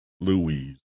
Louise